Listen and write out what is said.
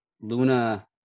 Luna